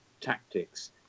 tactics